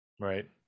Right